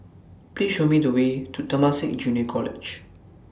Please Show Me The Way to Temasek Junior College